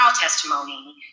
testimony